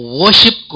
worship